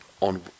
on